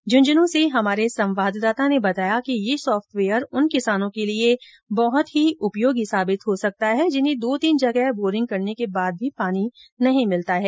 झुंझुनू से हमारे संवाददाता ने बताया कि यह सॉफ्टवेयर उन किसानों के लिए बहुत ही उपयोगी साबित हो सकता है जिन्हें दो तीन जगह बोरिंग करने के बाद भी पानी नहीं मिलता है